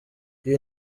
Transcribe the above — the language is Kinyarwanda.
iyi